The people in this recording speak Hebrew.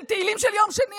תהלים של יום שני.